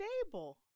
stable